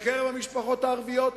בקרב המשפחות הערביות,